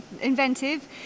inventive